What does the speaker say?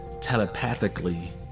telepathically